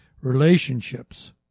Relationships